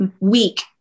week